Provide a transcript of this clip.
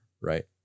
right